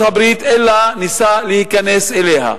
אלא ניסה להיכנס אליה,